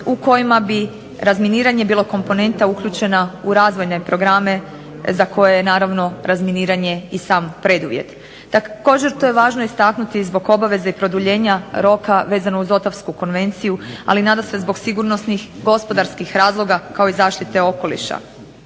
u kojima bi razminiranje bilo komponenta uključena u razvojne programe za koje je naravno razminiranje i sam preduvjet. Također to je važno istaknuti zbog obaveze produljenja roka vezano uz Ottawsku konvenciju, ali nadasve zbog sigurnosnih i gospodarskih razloga, kao i zaštite okoliša.